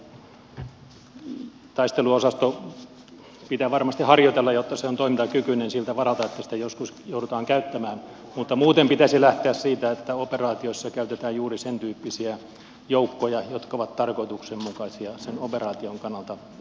taisteluosaston pitää varmasti harjoitella jotta se on toimintakykyinen siltä varalta että sitä joskus joudutaan käyttämään mutta muuten pitäisi lähteä siitä että operaatiossa käytetään juuri sentyyppisiä joukkoja jotka ovat tarkoituksenmukaisia sen operaation kannalta